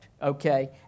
Okay